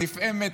/ נפעמת,